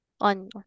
on